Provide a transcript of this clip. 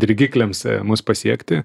dirgikliams mus pasiekti